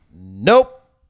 nope